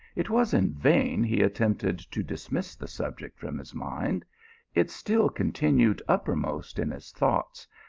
it was in vain he attempted to dismiss the subject from his mind it still continued uppermost in his thoughts,